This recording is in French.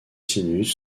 sinus